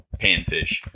panfish